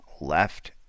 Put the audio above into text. left